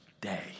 day